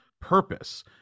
purpose